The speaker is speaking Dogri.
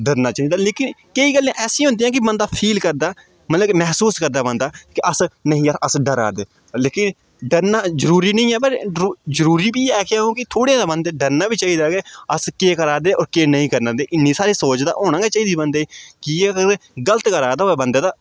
डरना चाहिदा लेकिन केईं गल्लां ऐसियां होन्दियां की बन्दा फील करदा मतलब कि महसूस करदा बन्दा कि अस नेईं यरा अस डरा दे लेकिन डरना जरूरी निं ऐ पर जरूरी बी ऐ क्योंकि थोह्ड़े ते बन्दे डरना बी चाहिदा कि अस केह् करा दे होर केह् नेईं करना ते इ'न्नी सारी सोच ते होना गै चाहिदी बन्दे दी की अगर गलत करा दा होवै बन्दा तां